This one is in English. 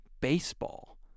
baseball